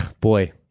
Boy